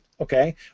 Okay